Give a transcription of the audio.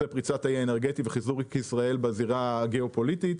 פריצת האי האנרגטי וחיזוק ישראל בזירה הגיאופוליטית.